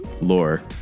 lore